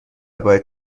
باید